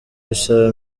bisaba